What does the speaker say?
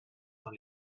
dans